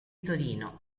torino